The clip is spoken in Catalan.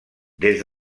des